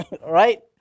Right